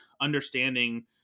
understanding